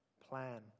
plan